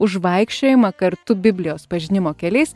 už vaikščiojimą kartu biblijos pažinimo keliais